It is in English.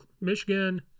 Michigan